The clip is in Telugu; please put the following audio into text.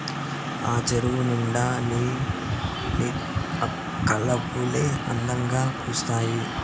ఆ చెరువు నిండా నీలి కలవులే అందంగా పూసీనాయి